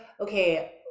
okay